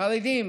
חרדים,